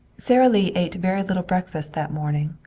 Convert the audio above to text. sara lee ate very little breakfast that morning.